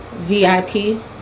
VIP